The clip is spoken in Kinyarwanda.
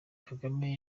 kagame